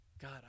God